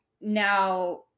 now